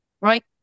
right